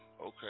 Okay